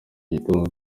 gitondo